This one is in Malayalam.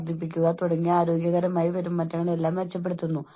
വ്യക്തിഗത തലത്തിൽ ഇത് ജീവനക്കാരുടെ മാനസിക ക്ഷേമത്തെ ബാധിക്കുന്നു